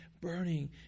Burning